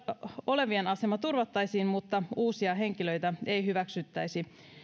olevien asema turvattaisiin mutta uusia henkilöitä ei hyväksyttäisi